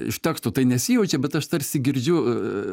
iš teksto tai nesijaučia bet aš tarsi girdžiu